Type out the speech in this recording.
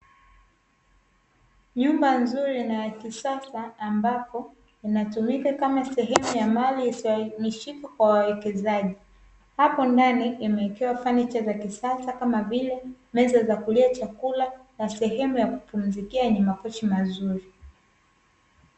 Nyumba nzuri na ya kisasa ambapo inatumika kama sehemu ya mali isiyohamishika kwa wawekezaji hapo ndani imewekewa fanicha za kisasa kama vile: meza za kulia chakula na sehemu ya kupumzikia yenye makochi mazuri.